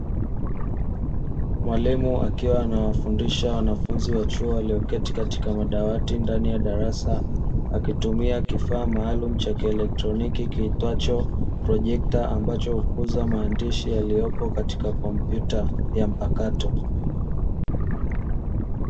Mwalimu akiwa anawafundisha wanafunzi wa chuo, walioketi katika madawati ndani ya darasa, akitumia kifaa maalumu cha kielektroniki, kiitwacho projekta ambacho hukuza maandishi yaliyopo katika kompyuta ya mpakato.